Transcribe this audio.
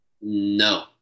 No